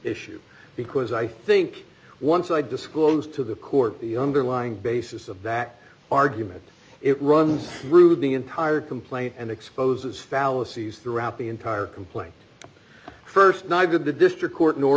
issue because i think once i disclosed to the court the underlying basis of that argument it runs through the entire complaint and exposes fallacies throughout the entire complaint st night did the district court